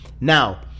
Now